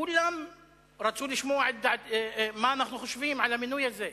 כולם רצו לשמוע מה אנחנו חושבים על המינוי הזה.